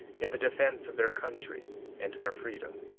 in the defence of their country and their freedom,